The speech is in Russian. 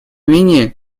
менее